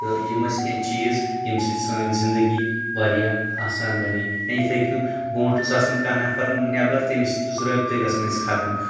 تہٕ یِم ٲسۍ کینٛہہ چیٖز ییٚمہِ سۭتۍ سٲنۍ زِندٕگی واریاہ آسان بَنے یا یِتھٕے کٔنۍ بروںٛٹھ اوس آسَان کانٛہہ نَفر نٮ۪بَر تٔمِس سۭتۍ اوس رٲبطَے گَژھان اَسہِ ختم